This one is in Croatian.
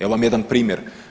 Evo vam jedan primjer.